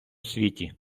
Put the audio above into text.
світі